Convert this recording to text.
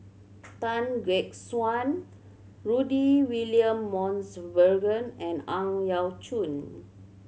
Tan Gek Suan Rudy William Mosbergen and Ang Yau Choon